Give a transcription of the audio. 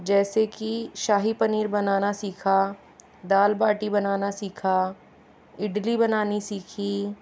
जैसे कि शाही पनीर बनाना सीखा दाल बाटी बनाना सीखा इडली बनानी सीखी